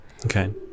Okay